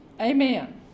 Amen